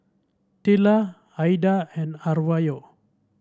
Tilla Aida and Arvo